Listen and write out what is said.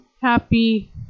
Happy